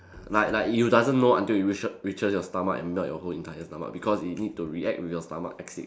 like like you doesn't know until it reach reaches your stomach and melt your entire stomach because it need to react with your stomach acid